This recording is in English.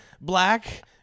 black